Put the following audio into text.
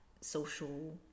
social